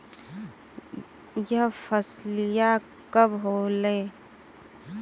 यह फसलिया कब होले?